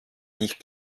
nicht